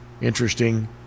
interesting